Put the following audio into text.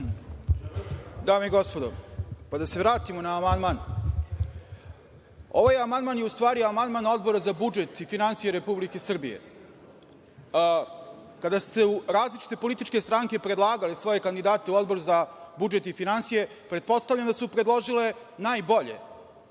Dame i gospodo, da se vratimo na amandman. Ovaj amandman je u stvari amandman Odbora za budžet i finansije Republike Srbije. Kada su različite političke stranke predlagale svoje kandidate u Odbor za budžet i finansije, pretpostavljam da su predložile najbolje,